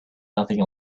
nothing